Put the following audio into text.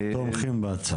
תומכים בהצעה.